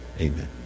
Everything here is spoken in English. Amen